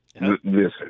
Listen